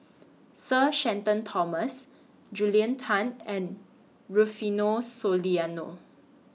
Sir Shenton Thomas Julia Tan and Rufino Soliano